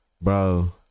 Bro